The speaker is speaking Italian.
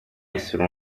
essere